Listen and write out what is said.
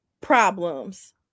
problems